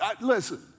listen